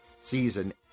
season